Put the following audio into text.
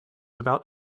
about